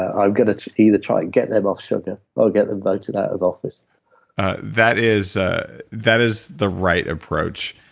i'm going to either try and get them off sugar, or get them voted out of office that is ah that is the right approach.